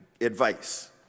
advice